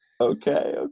Okay